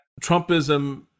Trumpism